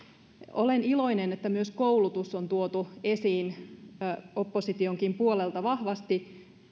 olen iloinen että myös koulutus on tuotu esiin oppositionkin puolelta vahvasti